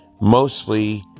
mostly